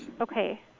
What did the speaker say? Okay